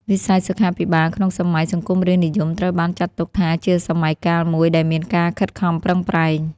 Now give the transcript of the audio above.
វិស័យសុខាភិបាលក្នុងសម័យសង្គមរាស្រ្តនិយមត្រូវបានចាត់ទុកថាជាសម័យកាលមួយដែលមានការខិតខំប្រឹងប្រែង។